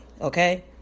Okay